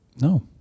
no